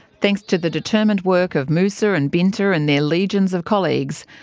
thanks to the determined work of musa and binta and their legions of colleagues,